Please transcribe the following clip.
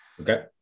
okay